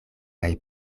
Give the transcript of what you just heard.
kaj